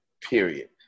period